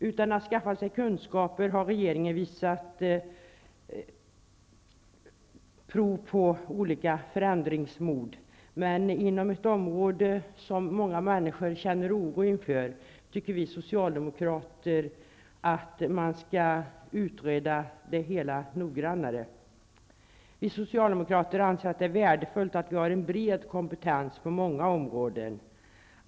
Utan att ha skaffat sig kunskaper har regeringen visat prov på olika slag av förändringsmod inom ett område där många människor känner oro. Vi socialdemokrater tycker därför att det hela skall utredas noggrannare. Enligt oss socialdemokrater är det värdefullt att vi har en bred kompetens på många områden.